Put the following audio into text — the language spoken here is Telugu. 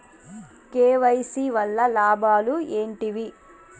కే.వై.సీ వల్ల లాభాలు ఏంటివి?